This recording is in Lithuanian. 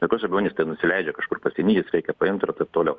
jokios abejonės tai nusileidžia kažkur pasieny jas reikia paimt ir taip toliau